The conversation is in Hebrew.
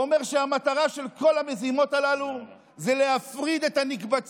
הוא אומר שהמטרה של כל המזימות הללו זה להפריד את הנקבצים,